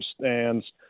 stands